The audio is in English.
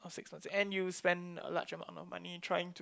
six months and you spend a large amount of money trying to